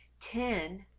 Ten